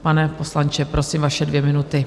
Pane poslanče, prosím, vaše dvě minuty.